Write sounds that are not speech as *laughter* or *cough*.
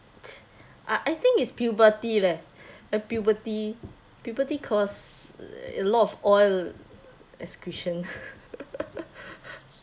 ah I think it's puberty leh a puberty puberty cause a lot of oil excretion *laughs*